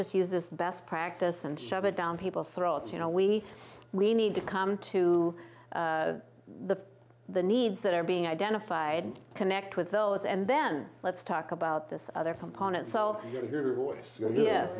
just use this best practice and shove it down people's throats you know we we need to come to the the needs that are being identified and connect with those and then let's talk about this other component so yes